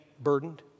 burdened